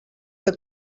que